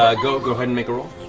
ah go go ahead and make a roll.